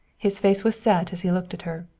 his face was set as he looked at her.